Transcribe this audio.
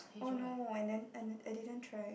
oh no I I I didn't try